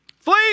flee